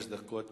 חמש דקות בבקשה.